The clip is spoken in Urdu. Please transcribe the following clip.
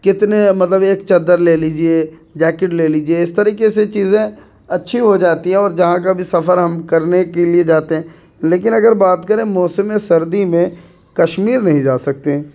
کتنے مطلب ایک چادر لے لیجیے جیکٹ لے لیجیے اس طریقے سے چیزیں اچھی ہو جاتی ہیں اور جہاں کا بھی سفر ہم کرنے کے لیے جاتے ہیں لیکن اگر بات کریں موسم سردی میں کشمیر نہیں جا سکتے